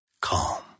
calm